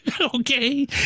okay